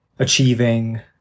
Achieving